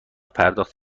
پرداخت